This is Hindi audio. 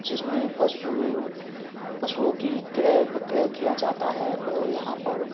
जिसमें पशु पशुओं की क्रय विक्रय किया जाता है और यहाँ पर